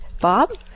bob